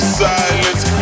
silence